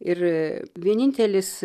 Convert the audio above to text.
ir vienintelis